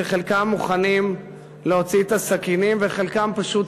שחלקם מוכנים להוציא את הסכינים וחלקם פשוט